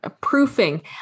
proofing